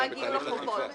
מה גיול החובות?